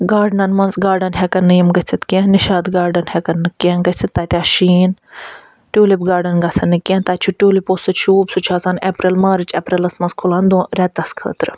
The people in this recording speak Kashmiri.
گاڈنَن منٛز گاڈَن ہٮ۪کَن نہٕ یِم گٔژھِتھ کیٚنہہ نِشاط گاڈَن ہٮ۪کَن نہٕ کیٚنہہ گٔژھِتھ تَتہِ آسہِ شیٖن ٹیوٗلِپ گاڈَن گژھَن نہٕ کیٚنہہ تَتہِ چھِ ٹیوٗلِپو سۭتۍ شوٗب سُہ چھِ آسان اٮ۪پریل مارٕچ اٮ۪پریلَس منٛز کھُلان دۄ رٮ۪تَس خٲطرٕ